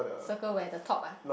circle where the top ah